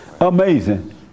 Amazing